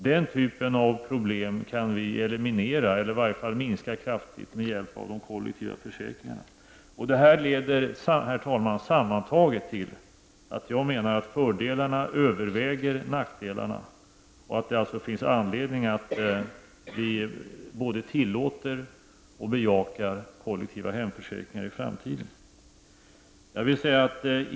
Den typen av problem kan vi eliminera eller i varje fall minska kraftigt med hjälp av de kollektiva försäkringarna. Herr talman! Sammantaget menar jag att fördelarna överväger nackdelarna och att det finns anledning att vi både tillåter och bejakar kollektiva hemförsäkringar i framtiden.